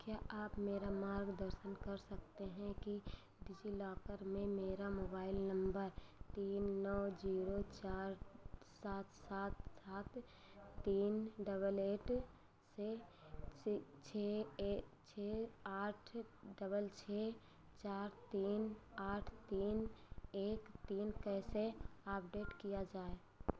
क्या आप मेरा मार्गदर्शन कर सकते हैं कि डिजिलॉकर में मेरा मोबाइल नम्बर तीन नौ जीरो चार सात सात सात तीन डबल एट से छः छः आठ डबल छः चार तीन आठ तीन एक तीन कैसे अपडेट किया जाए